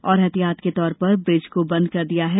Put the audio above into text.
और एहतियात के तौर पर ब्रिज को बंद कर दिया गया है